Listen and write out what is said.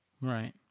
Right